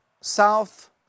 south